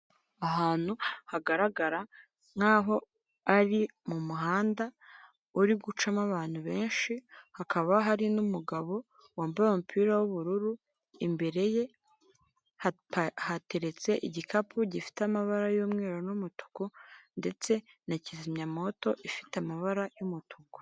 Ahantu hagaragara nkaho ari mu muhanda uri gucamo abantu benshi hakaba hari n'umugabo wambaye umupira w'ubururu imbere ye hateretse igikapu gifite amabara y'umweru n'umutuku ndetse na kizimyamwoto ifite amabara y'umutuku.